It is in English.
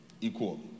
equal